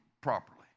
properly